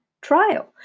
trial